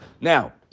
Now